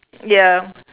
ya